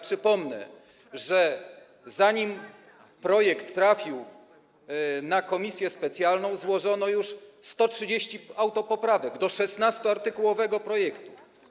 Przypomnę, że zanim projekt trafił na posiedzenie komisji specjalnej, złożono już 130 autopoprawek do 16-artykułowego projektu.